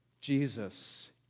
Jesus